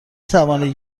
توانید